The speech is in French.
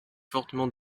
fortement